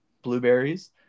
blueberries